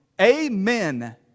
amen